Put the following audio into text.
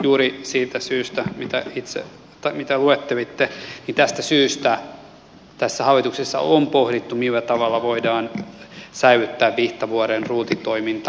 juuri siitä syystä mitä luettelitte tässä hallituksessa on pohdittu millä tavalla voidaan säilyttää vihtavuoren ruutitoiminta